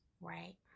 Right